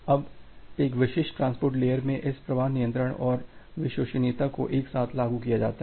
अब एक विशिष्ट ट्रांसपोर्ट लेयर में इस प्रवाह नियंत्रण और विश्वसनीयता को एक साथ लागू किया जाता है